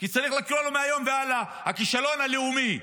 כי צריך לקרוא לו מהיום והלאה "הכישלון הלאומי".